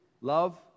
Love